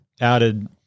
added